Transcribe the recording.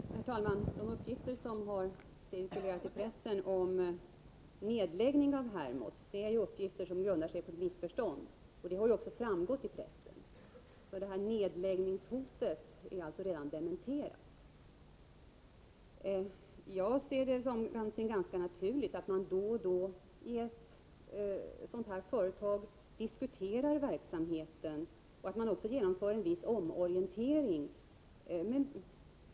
Herr talman! De uppgifter som har cirkulerat i pressen om en nedläggning av korrespondensundervisningen vid Hermods grundar sig faktiskt på ett missförstånd, vilket också framgått av olika uttalanden i pressen. Uppgifterna om att en nedläggning hotar är alltså redan dementerade. Jag anser det vara ganska naturligt att man inom ett företag av det här slaget då och då diskuterar verksamheten och att man med jämna mellanrum gör en viss omorientering.